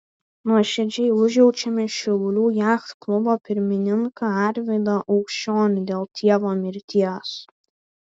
nuoširdžiai užjaučiame šiaulių jachtklubo pirmininką arvydą aukščionį dėl tėvo mirties